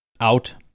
out